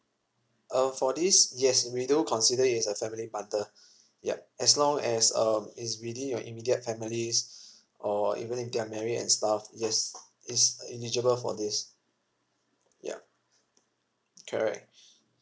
uh for this yes we do consider it as a family bundle yup as long as um it's within your immediate families or even if they are married and stuff yes it's eligible for this yup correct